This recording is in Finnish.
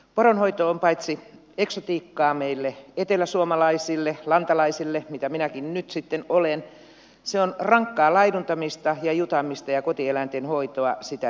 poronhoito on paitsi eksotiikkaa meille eteläsuomalaisille lantalaisille mitä minäkin nyt sitten olen myös rankkaa laiduntamista ja jutaamista ja kotieläinten hoitoa sitä tekeville